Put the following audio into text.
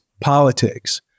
politics